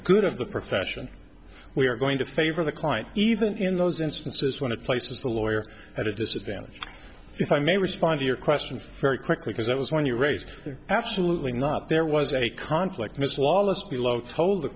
good of the profession we are going to favor the client even in those instances when it places the lawyer at a disadvantage if i may respond to your questions very quickly because that was when you raised your absolutely not there was a conflict miss wallace below told the